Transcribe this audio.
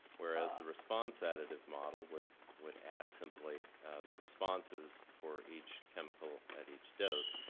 whereas the response additive model would would add simply the responses for each chemical at each dose.